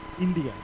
India